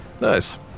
Nice